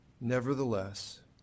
Nevertheless